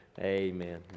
Amen